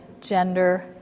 gender